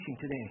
today